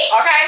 Okay